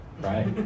right